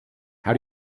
how